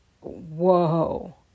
whoa